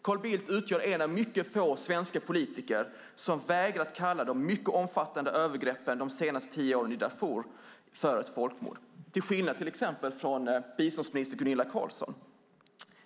Carl Bildt utgör en av ytterst få svenska politiker som vägrat kalla de omfattande övergreppen de senaste tio åren i Darfur för ett folkmord - till skillnad från till exempel biståndsminister Gunilla Carlsson.